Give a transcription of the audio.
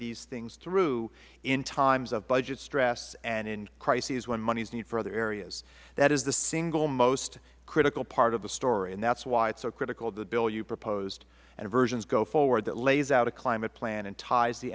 these things through in times of budget stress and in crises when money is needed for further areas that is the single most critical part of the story and that is why it is so critical the bill you proposed and the versions go forward that lays out a climate plan and ties the